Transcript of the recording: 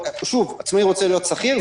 שוב, עצמאי רוצה להיות שכיר?